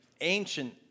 ancient